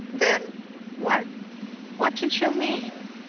then what what did you mean?